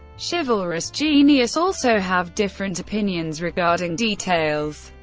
chivalrous genius also have different opinions regarding details.